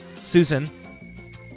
Susan